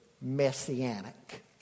messianic